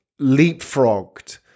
leapfrogged